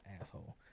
Asshole